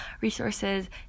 resources